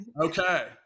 Okay